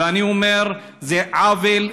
ואני אומר שזה עוול,